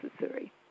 necessary